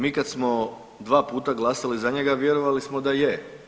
Mi kad smo dva puta glasali za njega vjerovali smo da je.